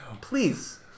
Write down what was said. Please